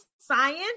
science